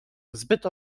zbyt